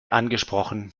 angesprochen